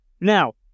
now